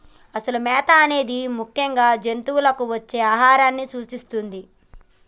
అసలు మేత అనేది ముఖ్యంగా జంతువులకు ఇచ్చే ఆహారాన్ని సూచిస్తుంది